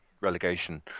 relegation